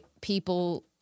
people